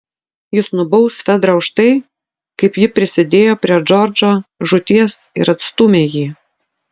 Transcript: jis nubaus fedrą už tai kaip ji prisidėjo prie džordžo žūties ir atstūmė jį